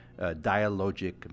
dialogic